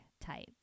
type